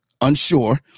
unsure